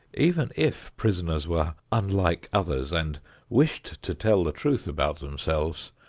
even if prisoners were unlike others and wished to tell the truth about themselves,